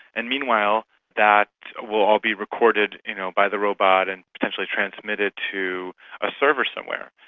and meanwhile that will all be recorded you know by the robot and potentially transmitted to a server somewhere.